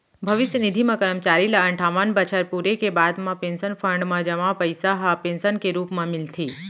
भविस्य निधि म करमचारी ल अनठावन बछर पूरे के बाद म पेंसन फंड म जमा पइसा ह पेंसन के रूप म मिलथे